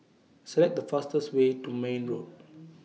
Select The fastest Way to Mayne Road